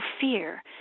fear